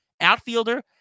Outfielder